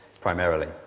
primarily